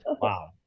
Wow